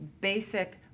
basic